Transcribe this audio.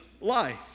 life